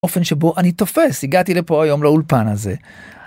אופן שבו אני תופס, הגעתי לפה היום לאולפן הזה.